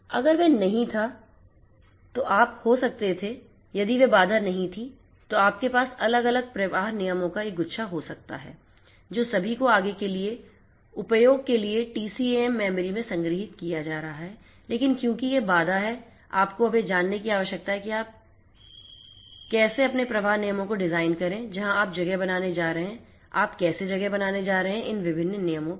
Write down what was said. अगर वह नहीं था तो आप हो सकते थे यदि वह बाधा नहीं थी तो आपके पास अलग अलग प्रवाह नियमों का एक गुच्छा हो सकता है जो सभी को आगे के उपयोग के लिए टीसीएएम मेमोरी में संग्रहीत किया जा रहा है लेकिन क्योंकि यह बाधा है कि आपको अब यह जानने की आवश्यकता है कि आप कैसे जा रहे हैं अपने प्रवाह नियमों को डिज़ाइन करें जहां आप जगह बनाने जा रहे हैं आप कैसे जगह बनाने जा रहे हैं और इन विभिन्न नियमों पर